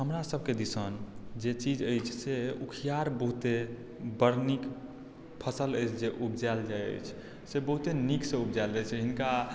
हमरा सबके दिसन जे चीज अछि से उखियार बहुते बड़ नीक फसल अछि जे उपजायल जाइ अछि से बहुते नीकसँ उपजायल जाइ छै हिनका